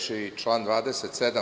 Član 27.